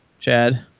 Chad